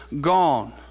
gone